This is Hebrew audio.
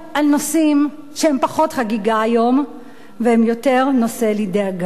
נושאים שהם פחות חגיגה היום והם יותר נושא לדאגה.